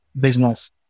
business